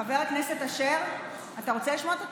אתה רוצה לשמוע את התשובה?